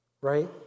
Right